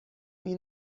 این